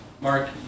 Mark